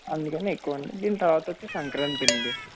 అందుకని ఎక్కువండి దీని తరవాత వచ్చి సంక్రాంతి అండి